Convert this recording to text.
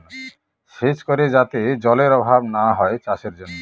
সেচ করে যাতে জলেরর অভাব না হয় চাষের জন্য